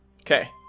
Okay